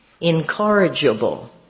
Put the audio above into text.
incorrigible